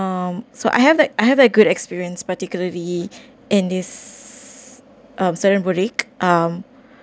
um so I have a I have a good experience particularly in this certain uh certain boutique um